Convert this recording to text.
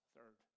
Third